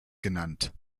genannt